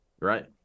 right